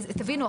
תבינו,